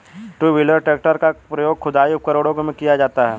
to wheeler tractor का प्रयोग खुदाई उपकरणों में किया जाता हैं